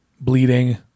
bleeding